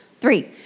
three